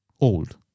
old